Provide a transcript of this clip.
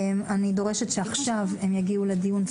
אני דורשת שעכשיו הם יגיעו לדיון,